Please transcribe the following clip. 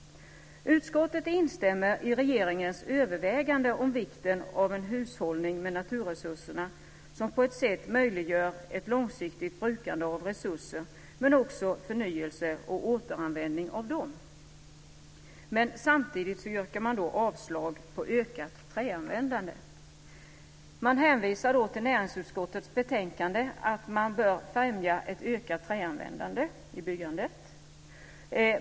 Utskottet instämmer i regeringens övervägande om vikten av en hushållning med naturresurserna som på ett sätt möjliggör ett långsiktigt brukande av resurser men också förnyelse och återanvändning av dem, men samtidigt yrkar man avslag på en motion om ökat träanvändande. Man hänvisar till näringsutskottets betänkande om att man bör främja ett ökat träanvändande i byggandet.